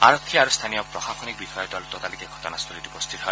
আৰক্ষী আৰু স্থানীয় প্ৰশাসনিক বিষয়াৰ দল ততালিকে ঘটনাস্থলীত উপস্থিত হয়